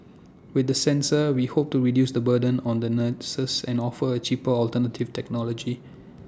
with the sensor we hope to reduce the burden on the nurses and offer A cheaper alternative technology